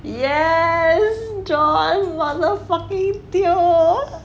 yes john motherfucking teo